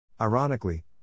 Ironically